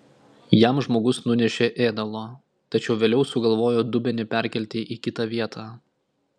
jam žmogus nunešė ėdalo tačiau vėliau sugalvojo dubenį perkelti į kitą vietą